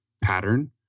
pattern